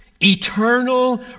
eternal